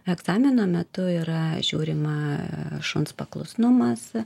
egzamino metu yra žiūrima šuns paklusnumas